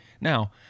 now